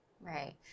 Right